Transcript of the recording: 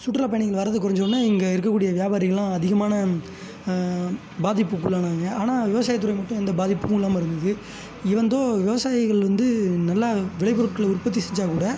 சுற்றுலா பயணிகள் வரது கொறைஞ்சோன்ன இங்கே இருக்கக்கூடிய வியாபாரிகளெலாம் அதிகமான பாதிப்புக்குள்ளானாங்க ஆனால் விவசாயத்துறை மட்டும் எந்த பாதிப்பும் இல்லாமல் இருந்தது ஈவன்தோ விவசாயிகள் வந்து நல்லா விளைபொருட்களை உற்பத்தி செஞ்சால் கூட